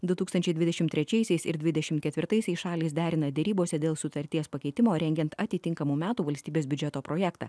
du tūkstančiai dvidešim trečiaisiais ir dvidešim ketvirtaisiais šalys derina derybose dėl sutarties pakeitimo rengiant atitinkamų metų valstybės biudžeto projektą